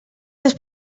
les